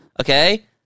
Okay